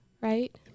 right